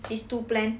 these two plan